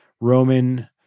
Roman